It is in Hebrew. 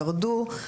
ירדו.